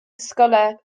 scoile